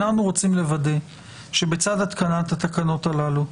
אנחנו רוצים לוודא שבצד התקנת התקנות הללו,